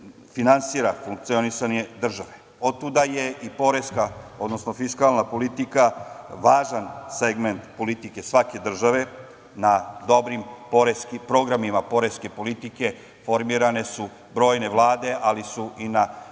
finansira funkcionisanje države. Otuda je i poreska, odnosno fiskalna politika važan segment politike svake države. Na dobrim programima poreske politike formirane su brojne vlade, ali su i na